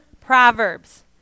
Proverbs